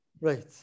Right